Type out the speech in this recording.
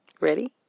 Ready